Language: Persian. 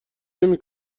نمی